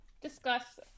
discuss